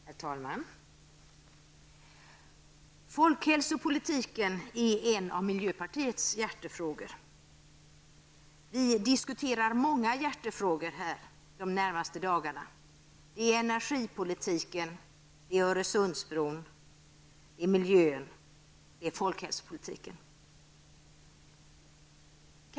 Herr talman! Folkhälsopolitiken är en av miljöpartiets hjärtefrågor. Vi kommer att diskutera många hjärtefrågor här under de närmaste dagarna. De gäller energin, Öresundsbron, miljön och folkhälsan.